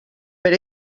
per